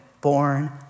born